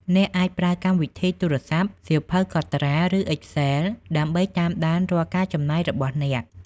អ្នកអាចប្រើកម្មវិធីទូរស័ព្ទ សៀវភៅកត់ត្រា ឬ Excel ដើម្បីតាមដានរាល់ការចំណាយរបស់អ្នក។